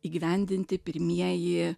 įgyvendinti pirmieji